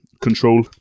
control